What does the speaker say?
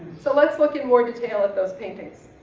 so let's look in more detail at those paintings.